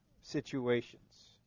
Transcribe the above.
situations